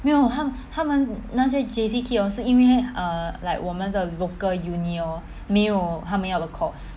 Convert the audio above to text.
没有他他们那些 J_C kid hor 是因为 err like 我们的 local uni hor 没有他们要的 course